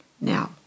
Now